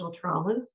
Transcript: trauma